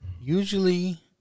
Usually